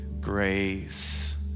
grace